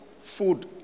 food